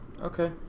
Okay